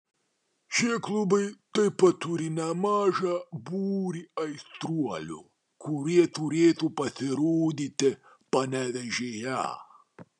šie klubai taip pat turi nemažą būrį aistruolių kurie turėtų pasirodyti panevėžyje